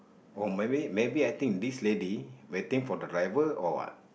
oh maybe maybe I think this lady waiting for the driver or what